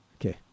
Okay